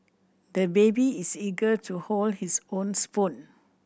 the baby is eager to hold his own spoon